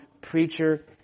preacher